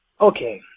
Okay